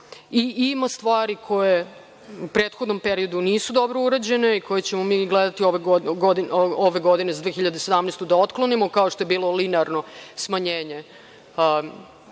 i ima stvari koje u prethodnom periodu nisu dobro urađene, koje ćemo mi gledati ove godine, za 2017. godinu da otklonimo kao što je bilo linearno smanjenje,